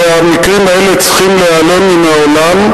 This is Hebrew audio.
והמקרים האלה צריכים להיעלם מן העולם,